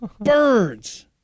birds